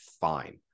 Fine